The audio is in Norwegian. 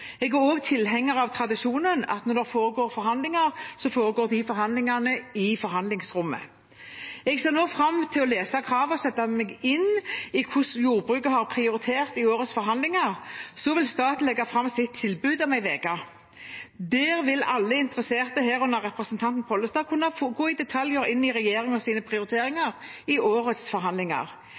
Jeg er også tilhenger av den tradisjonen at når det foregår forhandlinger, foregår de forhandlingene i forhandlingsrommet. Jeg ser nå fram til å lese kravene og sette meg inn i hvordan jordbruket har prioritert i årets forhandlinger. Så vil staten legge fram sitt tilbud om en uke. Der vil alle interesserte, herunder representanten Pollestad, kunne få gå i detalj inn i regjeringens prioriteringer i årets forhandlinger.